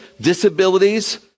disabilities